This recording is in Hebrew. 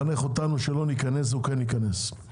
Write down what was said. לחנך אותנו שכן נכנס או שלא נכנס,